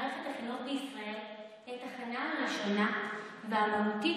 מערכת החינוך בישראל היא התחנה הראשונה והמהותית